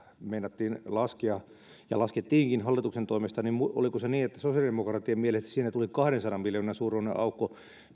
meinattiin laskea ja laskettiinkin hallituksen toimesta niin oliko se niin että sosiaalidemokraattien mielestä siinä tuli kahdensadan miljoonan suuruinen aukko